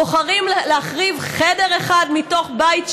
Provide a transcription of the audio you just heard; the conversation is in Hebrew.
בוחרים להחריב חדר אחד מתוך בית שלם,